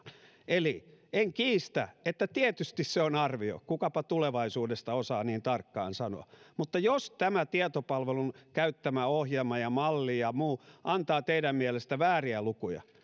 eli en kiistä että tietysti se on arvio kukapa tulevaisuudesta osaa niin tarkkaan sanoa mutta jos tämä tietopalvelun käyttämä ohjelma ja malli ja muu antavat teidän mielestänne vääriä lukuja